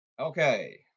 Okay